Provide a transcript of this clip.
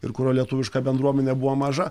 ir kurio lietuviška bendruomenė buvo maža